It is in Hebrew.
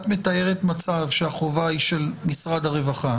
את מתארת מצב שהחובה היא של משרד הרווחה